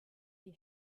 die